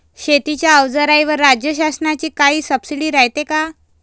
शेतीच्या अवजाराईवर राज्य शासनाची काई सबसीडी रायते का?